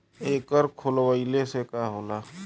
एकर खोलवाइले से का होला?